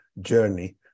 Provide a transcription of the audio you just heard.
journey